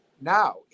now